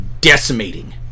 decimating